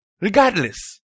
regardless